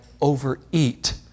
overeat